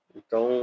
Então